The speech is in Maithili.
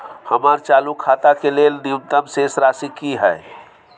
हमर चालू खाता के लेल न्यूनतम शेष राशि की हय?